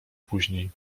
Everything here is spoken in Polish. później